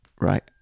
right